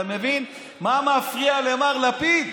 אתה מבין מה מפריע למר לפיד?